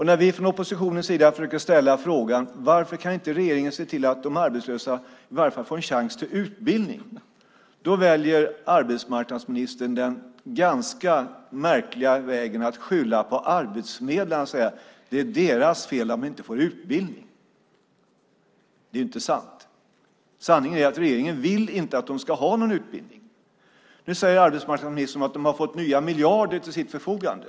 När vi från oppositionens sida försöker ställa frågan varför regeringen inte kan se till att de arbetslösa i varje fall får en chans till utbildning, väljer arbetsmarknadsministern den ganska märkliga vägen att skylla på arbetsförmedlarna genom att säga att det är deras fel att de arbetslösa inte får utbildning. Det är inte sant. Sanningen är att regeringen inte vill att de ska ha någon utbildning. Nu säger arbetsmarknadsministern att Arbetsförmedlingen har fått nya miljarder till sitt förfogande.